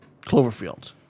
Cloverfield